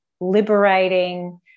liberating